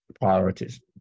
priorities